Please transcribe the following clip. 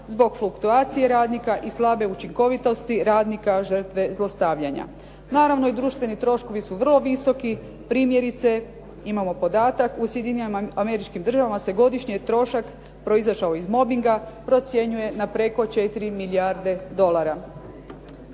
zbog fluktuacije radnika i slabe učinkovitosti, radnika, žrtve zlostavljanja. Naravno i društveni troškovi su vrlo visoki, primjerice, imamo podatak, u Sjedinjenim Američkim Državama se godišnje trošak proizašao iz mobinga procjenjuje na preko 4 milijarde dolara.